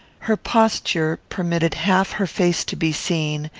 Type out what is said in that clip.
her posture permitted half her face to be seen,